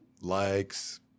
likes